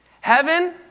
Heaven